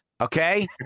Okay